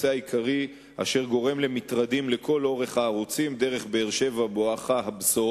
לקבל אישור לפגישה וסורב.